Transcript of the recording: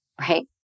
right